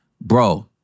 Bro